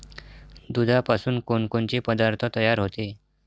दुधापासून कोनकोनचे पदार्थ तयार होते?